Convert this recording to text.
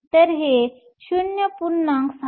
तर हे 0